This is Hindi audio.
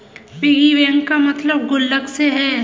पिगी बैंक का मतलब गुल्लक से है